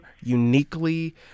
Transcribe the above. uniquely